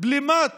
בלימת